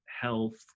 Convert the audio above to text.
health